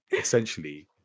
essentially